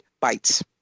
bites